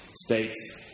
states